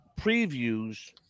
previews